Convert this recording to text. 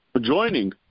joining